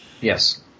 Yes